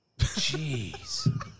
Jeez